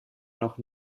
noch